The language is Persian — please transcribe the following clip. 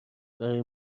برای